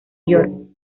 york